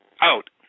Out